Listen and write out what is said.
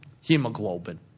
hemoglobin